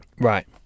Right